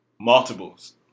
Multiples